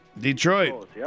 Detroit